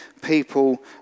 people